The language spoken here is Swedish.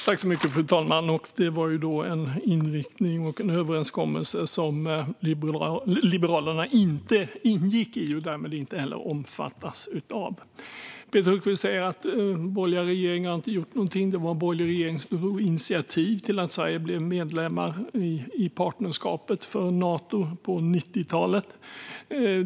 Fru talman! Det var då en inriktning och en överenskommelse som Liberalerna inte ingick i och därmed inte omfattas av. Peter Hultqvist säger att borgerliga regeringar inte har gjort någonting. Det var en borgerlig regering som tog initiativ till att Sverige skulle bli medlem i Partnerskap för fred på 90-talet.